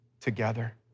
together